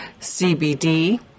CBD